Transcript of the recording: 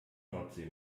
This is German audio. nordsee